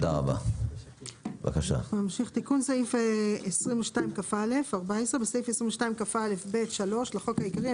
תיקון סעיף14.בסעיף 22כא(ב)(3) לחוק העיקרי,